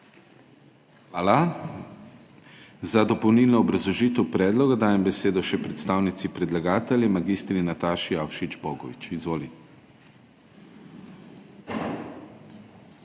Hvala. Za dopolnilno obrazložitev predloga dajem besedo še predstavnici predlagatelja mag. Nataši Avšič Bogovič. Izvoli.